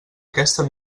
aquesta